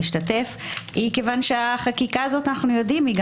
להשתתף כי היא החקיקה הזו אנו יודעים - גם